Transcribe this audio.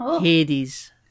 Hades